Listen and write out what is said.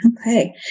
Okay